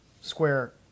square